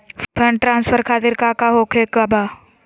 Fund transfer खातिर काका होखे का बा?